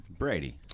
Brady